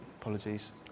Apologies